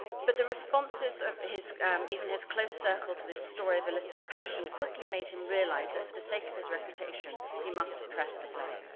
but the responses of his even his close circle to this story of illicit passion quickly made him realize that for the sake of his reputation, he must suppress the play.